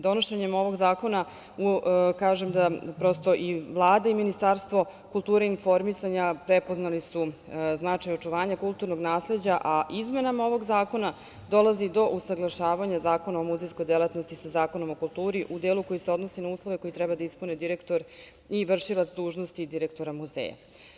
Donošenjem ovog zakona i Vlada i Ministarstvo kulture i informisanja prepoznali su značaj očuvanja kulturnog nasleđa, a izmenama ovog zakona dolazi do usaglašavanja Zakona o muzejskoj delatnosti sa Zakonom o kulturi, u delu koji se odnosi na uslove koje treba da ispuni direktor i vršilac dužnosti direktora muzeja.